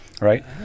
right